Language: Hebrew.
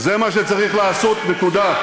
זה מה שצריך לעשות, נקודה.